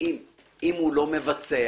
האחריות מונחת לפתח בעל המפעל.